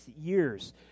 years